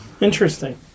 Interesting